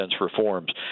reforms